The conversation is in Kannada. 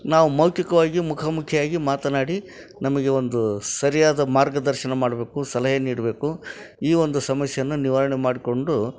ನಾವು ಮೌಖಿಕವಾಗ್ಯೂ ಮುಖಾಮುಖಿಯಾಗ್ಯೂ ಮಾತನಾಡಿ ನಮಗೆ ಒಂದು ಸರಿಯಾದ ಮಾರ್ಗದರ್ಶನ ಮಾಡಬೇಕು ಸಲಹೆ ನೀಡಬೇಕು ಈ ಒಂದು ಸಮಸ್ಯೆಯನ್ನ ನಿವಾರಣೆ ಮಾಡಿಕೊಂಡು